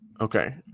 Okay